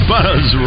Buzz